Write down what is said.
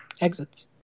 exits